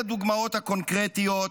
כולל הדוגמאות הקונקרטיות,